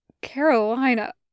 Carolina